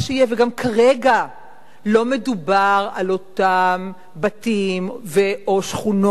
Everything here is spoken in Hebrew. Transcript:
וגם כרגע לא מדובר על אותם בתים או שכונות